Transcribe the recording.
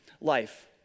life